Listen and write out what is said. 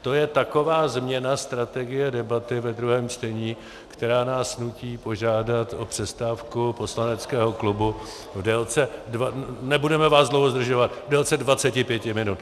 To je taková změna strategie debaty ve druhém čtení, která nás nutí požádat o přestávku poslaneckého klubu v délce nebudeme vás dlouho zdržovat 25 minut.